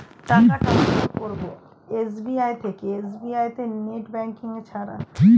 টাকা টান্সফার করব এস.বি.আই থেকে এস.বি.আই তে নেট ব্যাঙ্কিং ছাড়া?